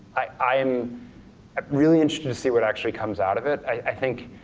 i'm really interest to to see what actually comes out of it. i think